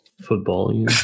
Football